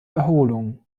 erholung